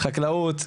משרד החקלאות,